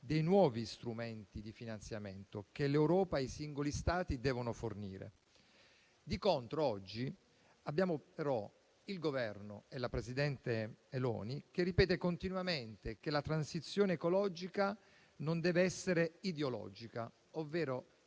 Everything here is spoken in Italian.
dei nuovi strumenti di finanziamento che l'Europa e i singoli Stati devono fornire. Di contro, però, oggi abbiamo il Governo e la presidente Meloni che ripetono continuamente che la transizione ecologica non deve essere ideologica, ovvero